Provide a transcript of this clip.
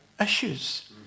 issues